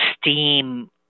steam